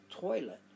toilet